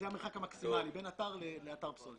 המרחק המקסימאלי בין אתר לאתר פסולת.